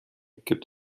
gibt